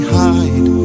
hide